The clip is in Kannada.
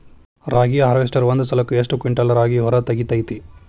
ರಾಗಿಯ ಹಾರ್ವೇಸ್ಟರ್ ಒಂದ್ ಸಲಕ್ಕ ಎಷ್ಟ್ ಕ್ವಿಂಟಾಲ್ ರಾಗಿ ಹೊರ ತೆಗಿತೈತಿ?